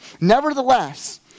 Nevertheless